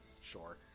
Sure